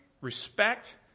respect